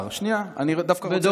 שנייה, אני דווקא רוצה לשאול אותך.